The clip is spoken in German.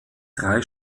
drei